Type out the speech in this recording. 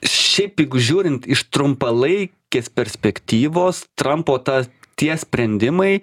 šiaip jeigu žiūrint iš trumpalaikės perspektyvos trampo ta tie sprendimai